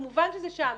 כמובן שזה שם.